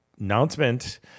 announcement